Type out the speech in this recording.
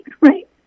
right